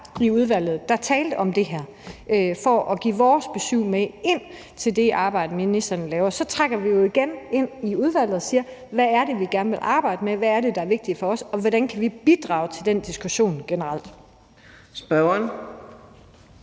i udvalget, hvor der blev talt om det her, for at give vores besyv med til det arbejde, ministeren laver. Så trækker vi det jo igen ind i udvalget og siger: Hvad er det, vi gerne vil arbejde med; hvad er det, der er vigtigt for os; og hvordan kan vi generelt bidrage til den diskussion? Kl. 10:30 Fjerde